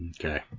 okay